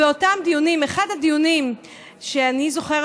באחד הדיונים שאני זוכרת,